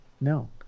No